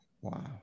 wow